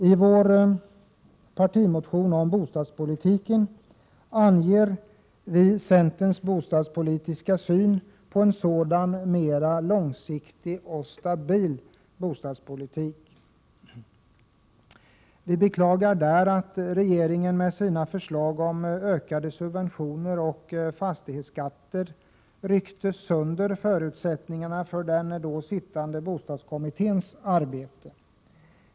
I vår partimotion om bostadspolitiken anger vi centerns syn på en sådan mer långsiktig och stabil bostadspolitik. Vi beklagar där att regeringen med sina förslag om ökade subventioner och fastighetsskatter ryckte sönder förutsättningarna för den då sittande bostadskommitténs arbete.